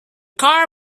car